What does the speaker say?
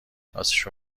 راستشو